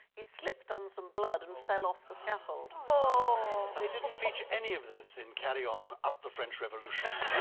he slipped on some blood and fell off the scaffold. oh they didn't feature any of this in carry on up the french revolution